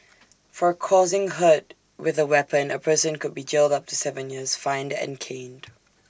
for causing hurt with A weapon A person could be jailed up to Seven years fined and caned